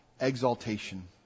exaltation